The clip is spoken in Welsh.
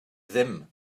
ddim